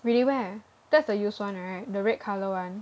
really where that's the used [one] right the red colour [one]